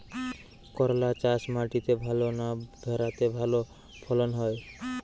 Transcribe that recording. করলা চাষ মাটিতে ভালো না ভেরাতে ভালো ফলন হয়?